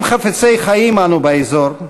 אם חפצי חיים אנו באזור,